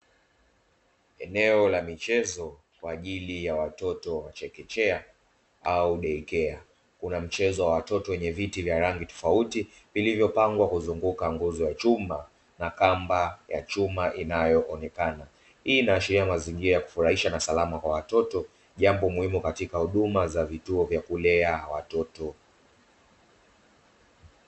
Eneo la michezo kwa ajili ya watoto wa chekechea au deikea, kuna mchezo wa watoto wenye viti vya rangi tofauti, vilivyopangwa kuzunguka nguzo ya chuma na kamba ya chuma inayoonekana, hii inaashiria mazingira ya kufurahisha na salama kwa watoto jambo muhimu katika huduma za vituo vya kulea watoto.